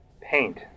Paint